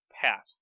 Pat